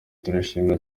turabashimira